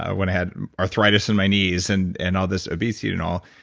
ah when i had arthritis in my knees and and all this obesity and all.